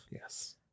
yes